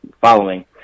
following